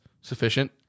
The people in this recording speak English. Sufficient